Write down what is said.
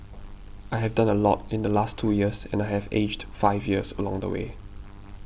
I have done a lot in the last two years and I have aged five years along the way